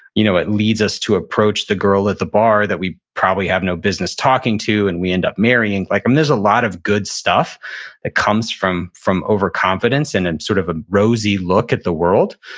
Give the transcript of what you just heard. you know it leads us to approach the girl at the bar that we probably have no business talking to and we end up marrying. like um there's a lot of good stuff that comes from from overconfidence and then and sort of a rosy look at the world.